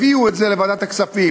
הביאו את זה לוועדת הכספים.